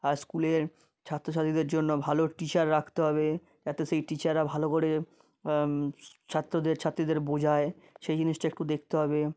আর স্কুলের ছাত্র ছাত্রীদের জন্য ভালো টিচার রাখতে হবে যাতে সেই টিচাররা ভালো করে ছাত্রদের ছাত্রীদের বোঝায় সেই জিনিসটা একটু দেখতে হবে